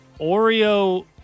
Oreo